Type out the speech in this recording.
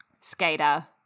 skater